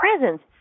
presence